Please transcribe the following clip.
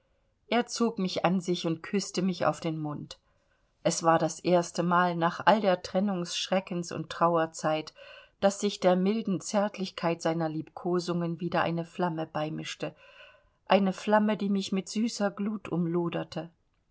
er zog mich an sich und küßte mich auf den mund es war das erste mal nach all der trennungs schreckens und trauerzeit daß sich der milden zärtlichkeit seiner liebkosungen wieder eine flamme beimischte eine flamme die mich mit süßer glut umloderte